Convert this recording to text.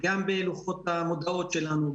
גם בלוחות המודעות שלנו,